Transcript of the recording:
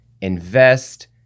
Invest